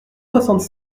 soixante